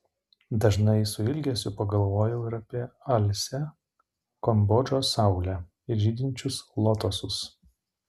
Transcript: dažnai su ilgesiu pagalvoju ir apie alsią kambodžos saulę ir žydinčius lotosus